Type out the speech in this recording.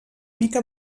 mica